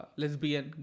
lesbian